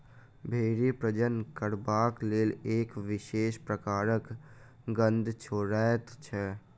भेंड़ी प्रजनन करबाक लेल एक विशेष प्रकारक गंध छोड़ैत छै